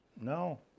No